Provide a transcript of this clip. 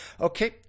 Okay